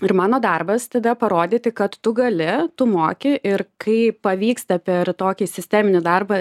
ir mano darbas tada parodyti kad tu gali tu moki ir kai pavyksta per tokį sisteminį darbą